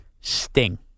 Sting